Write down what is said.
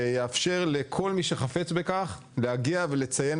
שיאפשר לכל מי שחפץ בכך להגיע ולציין